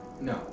No